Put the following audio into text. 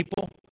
people